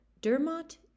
Dermot